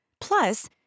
Plus